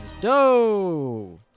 Doe